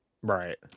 Right